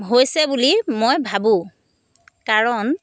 হৈছে বুলি মই ভাবোঁ কাৰণ